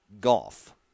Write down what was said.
golf